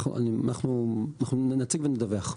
אנחנו נציג ונדווח.